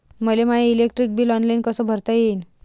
मले my electric bill online कस भरता येईन?